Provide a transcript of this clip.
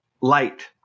light